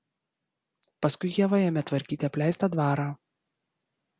paskui ieva ėmė tvarkyti apleistą dvarą